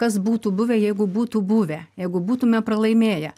kas būtų buvę jeigu būtų buvę jeigu būtume pralaimėję